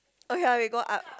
okay lor we go up